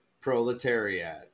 proletariat